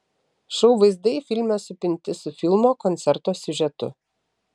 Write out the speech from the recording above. šou vaizdai filme supinti su filmo koncerto siužetu